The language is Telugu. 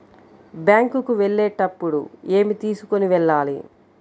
బ్యాంకు కు వెళ్ళేటప్పుడు ఏమి తీసుకొని వెళ్ళాలి?